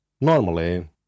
Normally